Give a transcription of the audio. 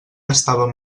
estàvem